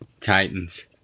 Titans